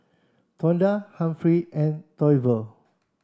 Tonda Humphrey and Toivo